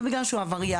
לא בגלל שהוא עבריין,